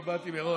לא באתי מראש.